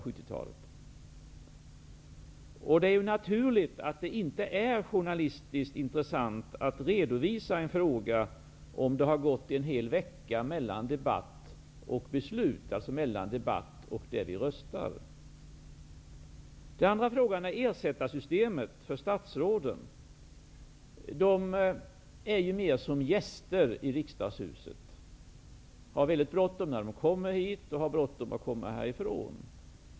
Det är naturligt att det inte är journalistiskt intressant att redovisa en fråga om det har gått en hel vecka mellan debatt och omröstning. Den andra är systemet med ersättare för statsråden. De är något av gäster i riksdagshuset. De har bråttom när de kommer och bråttom att komma härifrån.